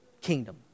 kingdom